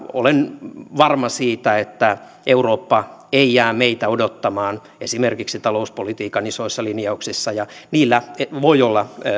olen varma siitä että eurooppa ei jää meitä odottamaan esimerkiksi talouspolitiikan isoissa linjauksissa niillä voi olla